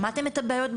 שמעתם את הבעיות בשטח,